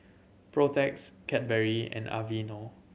Protex Cadbury and Aveeno